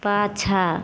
पाछाँ